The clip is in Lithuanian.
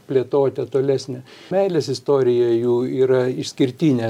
plėtoti tolesnę meilės istorija jų yra išskirtinė